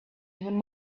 even